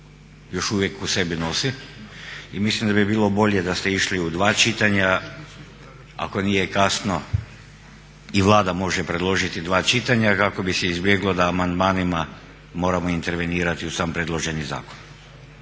još uvijek u sebi nosi. I mislim da bi bilo bolje da ste išli u dva čitanja ako nije kasno i Vlada može predložiti dva čitanja kako bi se izbjeglo da amandmanima moramo intervenirati u sam predloženi zakon.